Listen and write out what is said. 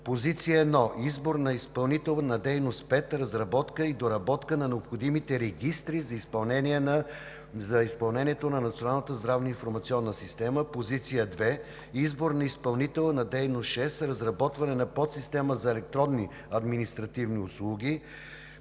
Позиция едно – „Избор на изпълнител на дейност 5: разработка и доработка на необходимите регистри за изпълнението на Националната здравна информационна система“. Позиция две – „Избор на изпълнител на дейност 6: разработване на подсистема за електронни административни услуги“.